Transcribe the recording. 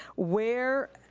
where,